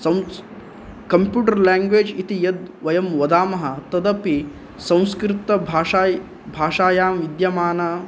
संस् computer language इति यद् वदामः तदपि संस्कृतभाषाय् भाषायां विद्यमाना